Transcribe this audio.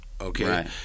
okay